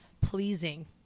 pleasing